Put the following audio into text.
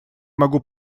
могу